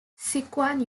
sichuan